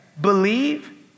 believe